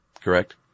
Correct